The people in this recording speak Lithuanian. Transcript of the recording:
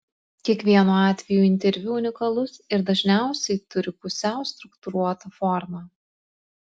kiekvienu atveju interviu unikalus ir dažniausiai turi pusiau struktūruotą formą